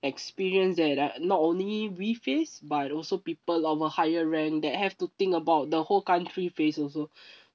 experience that uh not only we faced but also people of a higher ranked that have to think about the whole country faced also